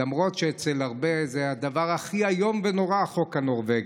למרות שאצל הרבה זה הדבר הכי איום ונורא החוק הנורבגי,